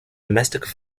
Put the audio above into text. domestic